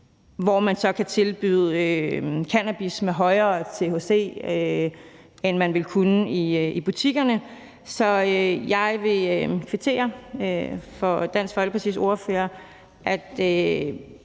hvor man så kan tilbyde cannabis med højere THC-indhold, end man ville kunne i butikkerne. Så jeg vil kvittere for det, Dansk Folkepartis ordfører